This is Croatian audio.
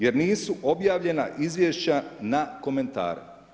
Jer nisu obavljena izvješća na komentare.